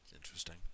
Interesting